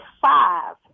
five